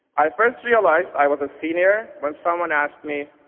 i first realized i was a senior when someone asked me,